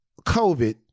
COVID